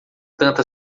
tanta